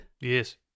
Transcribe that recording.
Yes